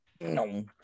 No